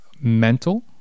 mental